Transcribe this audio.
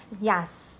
Yes